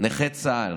נכה צה"ל